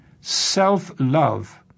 Self-love